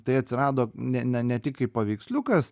tai atsirado ne ne ne tik kaip paveiksliukas